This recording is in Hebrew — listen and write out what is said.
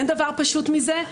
אין דבר פשוט מזה.